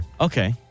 Okay